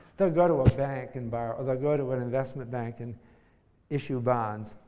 they'll go to a bank and borrow. they'll go to but an investment bank and issue bonds.